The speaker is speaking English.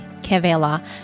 Kevela